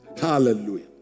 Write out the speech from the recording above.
Hallelujah